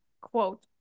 quote